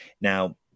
Now